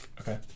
Okay